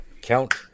Count